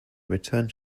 returned